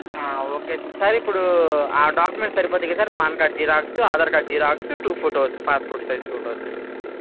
ఆ okay sir ఇప్పుడు ఆ డాక్యుమెంట్స్ సరిపోతాయి కదా sir pan card xerox Aadhaar xerox two photos passport size photos sir